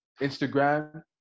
Instagram